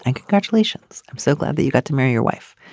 and congratulations. i'm so glad that you got to marry your wife.